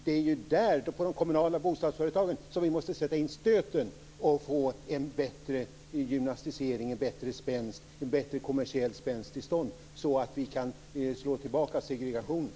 Det är där, i de kommunala bostadsföretagen, som vi måste sätta in stöten för att få en bättre gymnastisering, en bättre kommersiell spänst till stånd så att vi kan slå tillbaka segregationen.